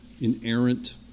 inerrant